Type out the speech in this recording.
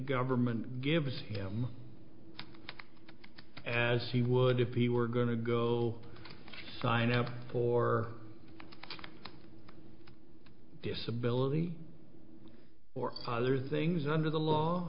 government gives him as he would if he were going to go sign up for disability or other things under the law